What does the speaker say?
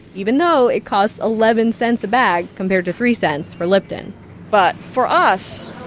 even though it costs eleven cents a bag, compared to three cents for lipton but for us,